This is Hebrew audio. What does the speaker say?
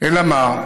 אלא מה,